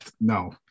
no